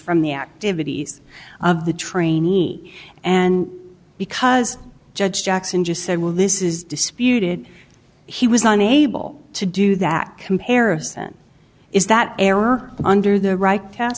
from the activities of the trainee and because judge jackson just said well this is disputed he was unable to do that comparison is that error under the right